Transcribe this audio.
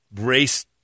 race